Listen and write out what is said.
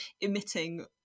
emitting